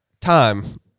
time